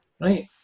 right